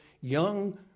young